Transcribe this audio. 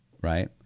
right—